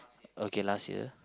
okay last year